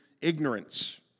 ignorance